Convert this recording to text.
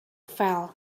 fell